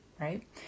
right